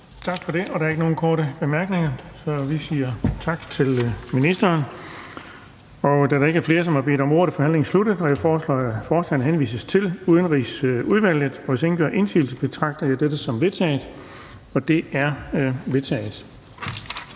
Tak for det. Der er ikke nogen korte bemærkninger, så vi siger tak til ministeren. Da der ikke er flere, som har bedt om ordet, er forhandlingen sluttet. Jeg foreslår, at forslagene til folketingsbeslutning henvises til Udenrigsudvalget. Og hvis ingen gør indsigelse, betragter jeg dette som vedtaget. Det er vedtaget.